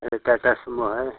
अरे टाटा सूमो है